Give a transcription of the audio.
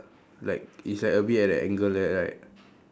like it's like a bit at the angle like that right